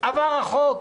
עבר החוק,